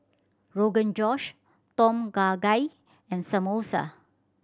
Rogan Josh Tom Kha Gai and Samosa